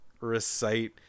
recite